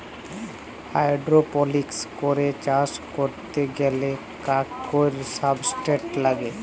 hydroponics করে চাষ ক্যরতে গ্যালে কাক কৈর সাবস্ট্রেট লাগে